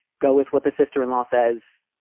go with what the sister in law says.